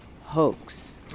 hoax